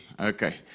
Okay